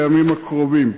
בימים הקרובים.